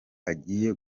agiye